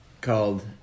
called